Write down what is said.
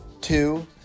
two